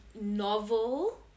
novel